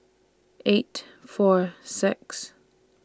eight four six